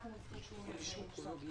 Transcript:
אנחנו זקוקים לזה.